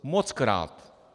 Mockrát.